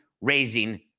raising